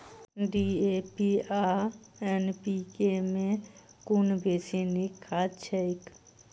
DAP आ NPK मे कुन बेसी नीक खाद छैक?